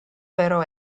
vero